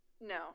No